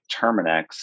Terminex